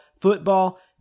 football